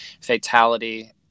fatality